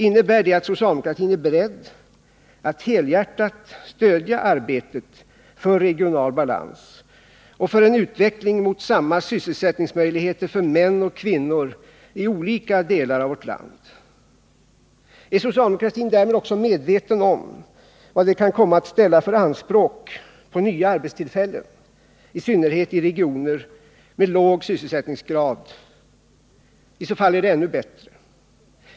Innebär det att socialdemokratin är beredd att helhjärtat stödja arbetet för regional balans och för en utveckling mot samma sysselsättningsmöjligheter för män och kvinnor i olika delar av vårt land? Om socialdemokratin därmed också är medveten om vad det kan komma att ställa för anspråk på nya arbetstillfällen, i synnerhet i regioner med låg sysselsättningsgrad, är det ännu bättre.